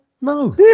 No